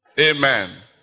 Amen